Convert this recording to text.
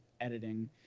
editing